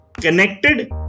connected